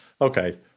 Okay